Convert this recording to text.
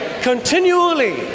continually